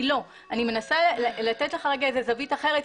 אני מנסה לתת לך זווית אחרת,